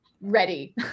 ready